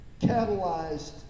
catalyzed